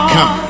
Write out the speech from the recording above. Come